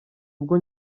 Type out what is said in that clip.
ubwo